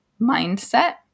mindset